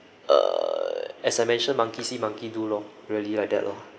err as I mentioned monkey see monkey do lor really like that lor